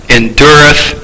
endureth